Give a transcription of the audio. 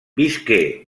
visqué